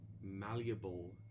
malleable